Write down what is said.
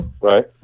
Right